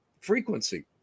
frequency